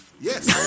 Yes